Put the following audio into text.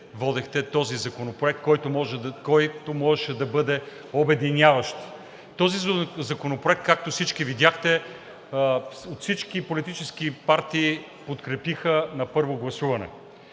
водихте този законопроект, който можеше да бъде обединяващ. Този законопроект, както всички видяхте, от всички политически партии подкрепиха на първо гласуване.